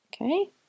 Okay